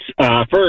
First